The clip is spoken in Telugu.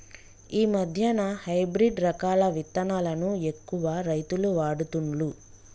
ఈ మధ్యన హైబ్రిడ్ రకాల విత్తనాలను ఎక్కువ రైతులు వాడుతుండ్లు